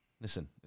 listen